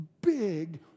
big